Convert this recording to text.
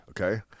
okay